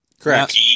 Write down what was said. Correct